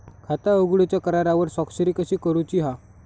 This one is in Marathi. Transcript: खाता उघडूच्या करारावर स्वाक्षरी कशी करूची हा?